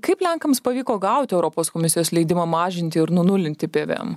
kaip lenkams pavyko gauti europos komisijos leidimą mažinti ir nunulinti pvm